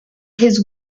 his